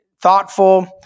thoughtful